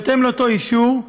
בהתאם לאותו אישור,